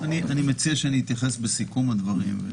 אני מציע שאני אתייחס בסיכום הדברים.